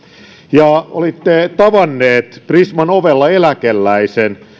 ja olitte tavannut prisman ovella eläkeläisen